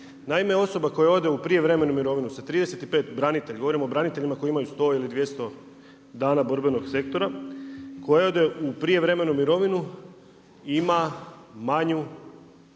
Naime, osoba koja ode u prijevremenu mirovinu sa 35, branitelji, govorimo o braniteljima koji imaju 100 ili 200 dana borbenog sektora, koji ode u prijevremenu mirovinu ima manju,